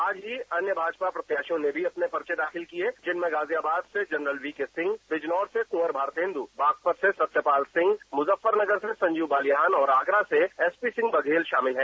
आज ही अन्य भाजपा प्रत्याशियों ने भी अपने पर्चे दाखिल किये जिनमें गाजियाबाद से जनरल वीके सिंह बिजनौर से कुंवर भारतेन्दु बागपत से सत्यपाल सिंह मुजफ्फरनगर से संजीव बालियान और आगरा से एसपी सिंह बघेल शामिल हैं